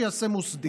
שיעשה מוסדית.